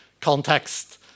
context